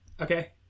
Okay